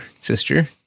sister